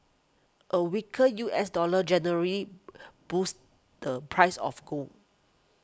a weaker U S dollar generally boosts the price of gold